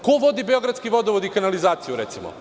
Ko vodi Beogradski vodovod i kanalizaciju, recimo.